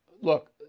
look